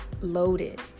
Loaded